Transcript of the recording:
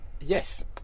Yes